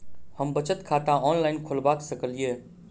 हम बचत खाता ऑनलाइन खोलबा सकलिये?